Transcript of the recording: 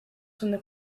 from